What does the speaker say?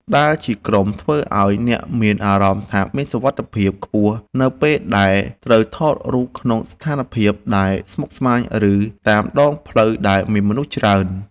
ដើរជាក្រុមធ្វើឱ្យអ្នកមានអារម្មណ៍ថាមានសុវត្ថិភាពខ្ពស់នៅពេលដែលត្រូវថតរូបក្នុងស្ថានភាពដែលស្មុគស្មាញ ឬ តាមដងផ្លូវដែលមានមនុស្សច្រើន។